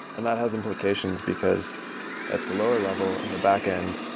and that has implications because at the lower level, in the backend,